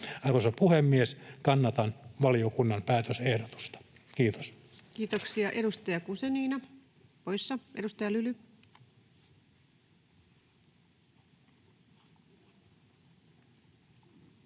Arvoisa puhemies! Kannatan valiokunnan päätösehdotusta. — Kiitos. Kiitoksia. — Edustaja Guzenina, poissa. — Edustaja Lyly.